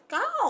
go